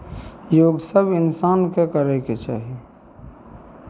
योग सभ इंसानकेँ करयके चाही